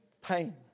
pain